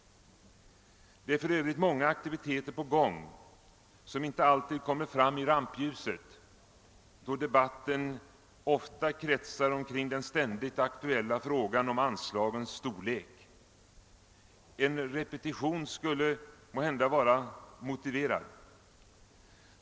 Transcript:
Det pågår för övrigt många aktiviteter som inte alltid kommer fram i rampljuset, då debatten ofta kretsar kring den ständigt aktuella frågan om anslagens storlek. En repetition skulle måhända vara motiverad.